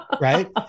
Right